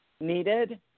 needed